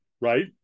right